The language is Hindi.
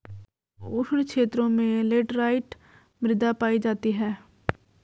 उष्ण क्षेत्रों में लैटराइट मृदा पायी जाती है